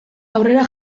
aurrera